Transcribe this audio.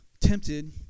tempted